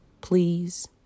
please